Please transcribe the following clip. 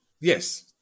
Yes